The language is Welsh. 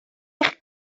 eich